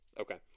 okay